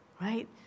Right